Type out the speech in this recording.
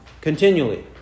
continually